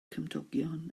cymdogion